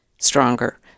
stronger